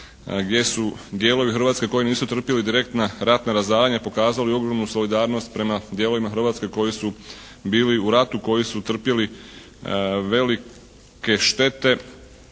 gdje su dijelovi Hrvatske koji nisu trpili direktna ratna razaranja pokazali ogromnu solidarnost prema dijelovima Hrvatske koji su bili u ratu, koji su trpjeli velike štete,